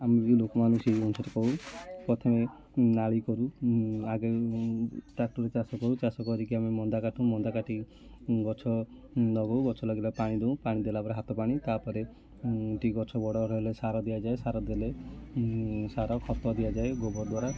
ଆମେ ବି ଲୋକ ମାନଙ୍କୁ ସେଇ ଅନୁସାରରେ କହୁ ପ୍ରଥମେ ନାଳି କରୁ ଆଗେ ଟ୍ରାକ୍ଟର ଚାଷ କରୁ ଚାଷ କରିକି ଆମେ ମନ୍ଦା କାଟୁ ମନ୍ଦା କାଟିକି ଗଛ ଲଗାଉ ଗଛ ଲଗାଇଲେ ପାଣି ଦଉଁ ପାଣି ଦେଲା ପରେ ହାତ ପାଣି ତା'ପରେ ଟିକେ ଗଛ ବଡ଼ ହେଲେ ସାର ଦିଆଯାଏ ସାର ଦେଲେ ସାର ଖତ ଦିଆଯାଏ ଗୋବର ଦ୍ୱାରା